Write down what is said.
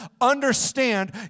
understand